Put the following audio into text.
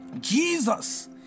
Jesus